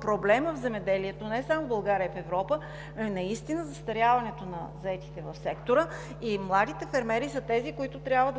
Проблемът в земеделието не само в България, но и в Европа е наистина застаряването на заетите в сектора, и младите фермери са тези, които трябва да